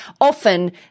often